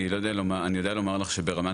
אני יודע לומר לך שברמה,